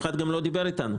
אף אחד גם לא דיבר איתנו.